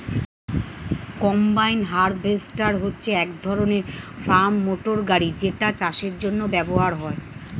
combine harvester হচ্ছে এক ধরণের ফার্ম মোটর গাড়ি যেটা চাষের জন্য ব্যবহার হয়